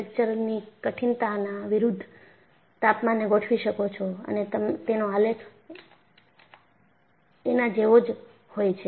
તમે ફ્રેક્ચરની કઠિનતાના વિરુદ્ધ તાપમાનને ગોઠવી શકો છો અને તેનો આલેખ એના જેવો જ હોય છે